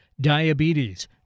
diabetes